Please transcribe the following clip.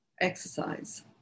Exercise